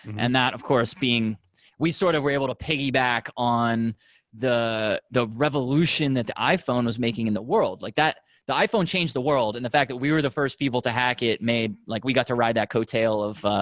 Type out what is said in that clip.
and that of course being we sort of were able to piggyback on the the revolution that the iphone was making in the world like. the iphone changed the world, and the fact that we were the first people to hack it made like we got to ride that coattail of